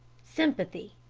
sympathy!